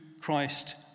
christ